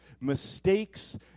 Mistakes